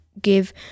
give